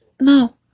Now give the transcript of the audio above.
No